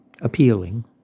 appealing